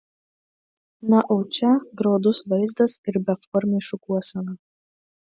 na o čia graudus vaizdas ir beformė šukuosena